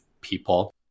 people